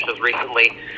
recently